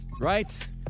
right